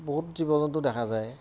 বহুত জীৱ জন্তু দেখা যায়